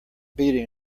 beating